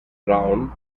brown